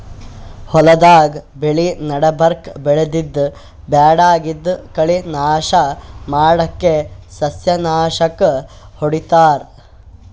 ಹೊಲ್ದಾಗ್ ಬೆಳಿ ನಡಬರ್ಕ್ ಬೆಳ್ದಿದ್ದ್ ಬ್ಯಾಡಗಿದ್ದ್ ಕಳಿ ನಾಶ್ ಮಾಡಕ್ಕ್ ಸಸ್ಯನಾಶಕ್ ಹೊಡಿತಾರ್